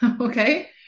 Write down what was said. okay